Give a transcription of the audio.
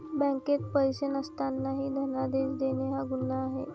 बँकेत पैसे नसतानाही धनादेश देणे हा गुन्हा आहे